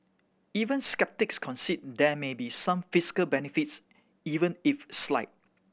even sceptics concede there may be some physical benefits even if slight